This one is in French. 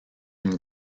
une